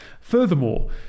Furthermore